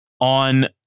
on